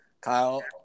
Kyle